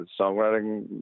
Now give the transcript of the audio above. songwriting